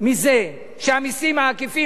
מזה שהמסים העקיפים,